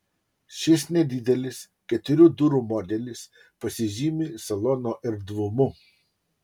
šis nedidelis keturių durų modelis pasižymi salono erdvumu